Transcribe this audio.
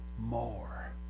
more